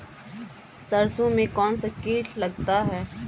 सरसों में कौनसा कीट लगता है?